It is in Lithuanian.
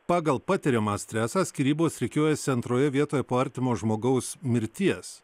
pagal patiriamą stresą skyrybos rikiuojasi antroje vietoje po artimo žmogaus mirties